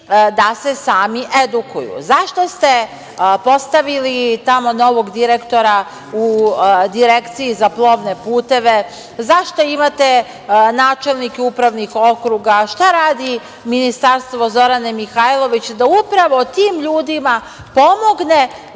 da se sami edukuju.Zašto ste postavili tamo novog direktora u Direkciji za plovne puteve? Zašto imate načelnike upravnih okruga? Šta radi ministarstvo Zorane Mihajlović? Da upravo tim ljudima pomogne